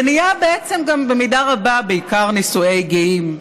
זה בעצם, במידה רבה, בעיקר נישואי גאים,